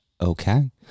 Okay